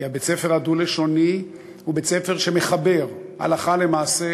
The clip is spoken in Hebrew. כי בית-הספר הדו-לשוני הוא בית-ספר שמחבר הלכה למעשה